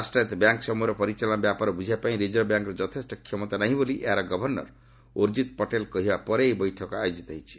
ରାଷ୍ଟ୍ରାୟତ ବ୍ୟାଙ୍କ ସମ୍ବହର ପରିଚାଳନା ବ୍ୟାପାର ବୁଝିବା ପାଇଁ ରିଜର୍ଭ ବ୍ୟାଙ୍କ୍ର ଯଥେଷ୍ଟ କ୍ଷମତା ନାହିଁ ବୋଲି ଏହାର ଗଭର୍ଷର ଉର୍ଜିତ୍ ପଟେଲ୍ କହିବା ପରେ ଏହି ବୈଠକ ଆୟୋଜିତ ହୋଇଛି